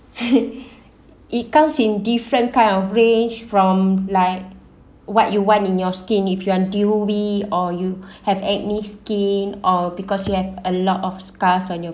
it comes in different kind of range from like what you want in your skin if you want U_V or you have acne skin or because you have a lot of scars when you